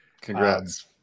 congrats